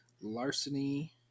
Larceny